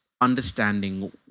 understanding